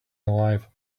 alive